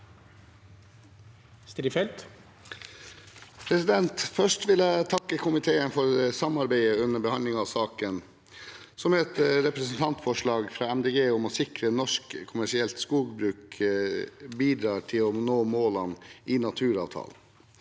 for saken): Først vil jeg takke komiteen for samarbeidet under behandlingen av saken, som er et representantforslag fra Miljøpartiet De Grønne om å sikre at norsk kommersielt skogbruk bidrar til å nå målene i naturavtalen.